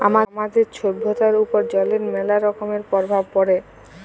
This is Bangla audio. আমাদের ছভ্যতার উপর জলের ম্যালা রকমের পরভাব পড়ে